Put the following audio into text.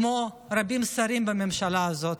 כמו שרים רבים בממשלה הזאת,